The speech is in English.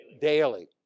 Daily